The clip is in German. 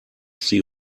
sie